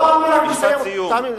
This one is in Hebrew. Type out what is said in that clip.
לא, לא, אני רק מסיים, תאמין לי.